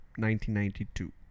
1992